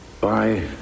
bye